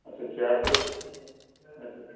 अच्छा चार सौ अच्छा